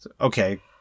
Okay